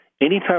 Anytime